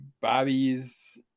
Bobby's